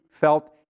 felt